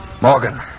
Morgan